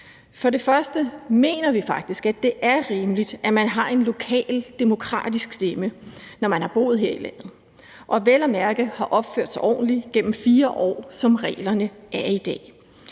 For det første mener vi faktisk, at det er rimeligt, at man har en lokal demokratisk stemme, når man har boet her i landet og vel at mærke har opført sig ordentligt gennem 4 år, sådan som reglerne er i dag.